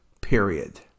period